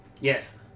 Yes